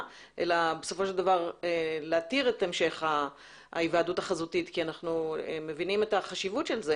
אלא להתיר את המשך ההיוועדות החזותית כי אנחנו מבינים את החשיבות של זה